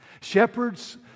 Shepherds